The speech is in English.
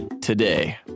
today